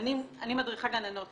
אני גם מדריכה גננות